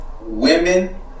women